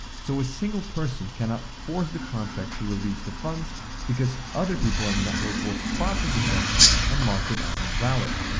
so a single person cannot force the contract to release the funds because other people on the network will spot this attempt and mark it as invalid.